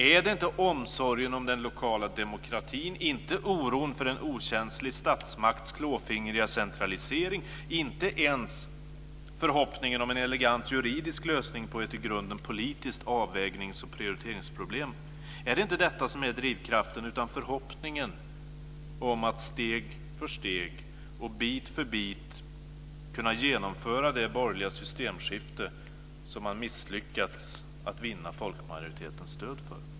Är det inte omsorgen om den lokala demokratin, inte oron för en okänslig statsmakts klåfingriga centralisering, inte ens förhoppningen om en elegant juridisk lösning på ett i grunden politiskt avvägningsoch prioriteringsproblem, som är drivkraften, utan i stället förhoppningen om att steg för steg och bit för bit kunna genomföra det borgerliga systemskifte som man misslyckats att vinna folkmajoritetens stöd för?